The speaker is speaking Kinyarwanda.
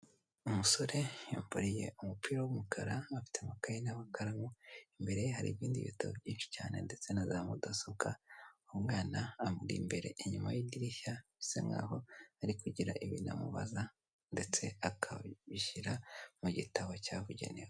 Umusore yambuye umupira w'umukara afite amakaye n'amakaramu imbere ye hari ibindi bitabo byinshi cyane ndetse na za mudasobwa, umwana amurimbi inyuma y'idirishya bisa nkaho'aho ari kugira ibintumubaza ndetse akabishyira mu gitabo cyabugenewe.